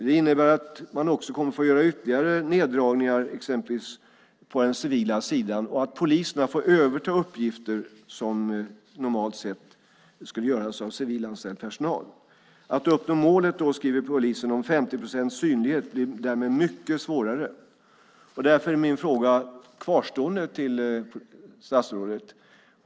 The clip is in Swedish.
Det innebär att man också kommer att få göra ytterligare neddragningar, exempelvis på den civila sidan, och att poliserna får överta uppgifter som normalt sett skulle utföras av civilanställd personal. Polisen skriver också: Att uppnå målet om 50 procents synlighet blir därmed mycket svårare. Därför kvarstår min fråga till statsrådet.